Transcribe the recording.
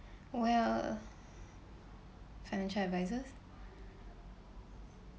well uh financial advisers